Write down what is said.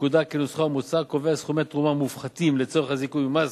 לפקודה כנוסחו המוצע הקובע סכומי תרומה מופחתים לצורך הזיכוי ממס